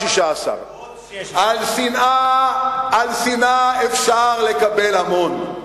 פעם הבאה 16. על שנאה אפשר לקבל המון.